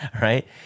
right